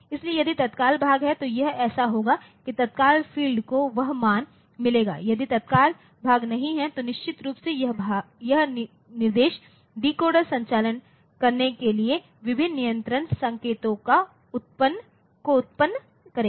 इसलिए यदि तत्काल भाग है तो यह ऐसा होगा कि तत्काल फ़ील्ड को वह मान मिलेगा यदि तत्काल भाग नहीं है तो निश्चित रूप से यह निर्देश डिकोडर संचालन करने के लिए विभिन्न नियंत्रण संकेतों को उत्पन्न करेगा